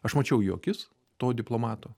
aš mačiau jų akis to diplomato